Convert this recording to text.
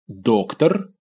Doctor